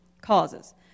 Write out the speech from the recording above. causes